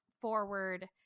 forward